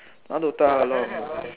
now DOTA